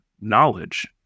knowledge